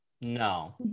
no